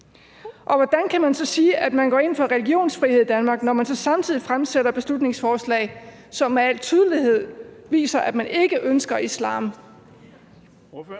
Og hvordan kan man sige, at man går ind for religionsfrihed i Danmark, når man samtidig fremsætter beslutningsforslag, som med al tydelighed viser, at man ikke ønsker islam?